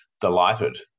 delighted